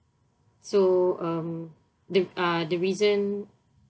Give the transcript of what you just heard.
so um th~ uh the reason